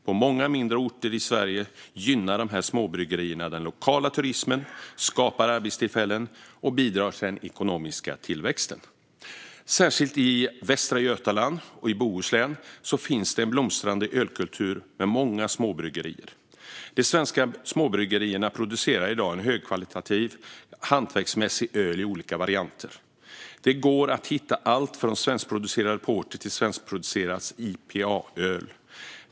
På många mindre orter i Sverige gynnar de här småbryggerierna den lokala turismen, skapar arbetstillfällen och bidrar till den ekonomiska tillväxten. Särskilt i Västra Götaland och Bohuslän finns det en blomstrande ölkultur med många småbryggerier. De svenska småbryggerierna producerar i dag högkvalitativ och hantverksmässig öl i olika varianter. Det går att hitta allt från svenskproducerad porter till svenskproducerad IPA-öl.